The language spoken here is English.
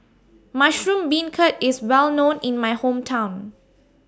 Mushroom Beancurd IS Well known in My Hometown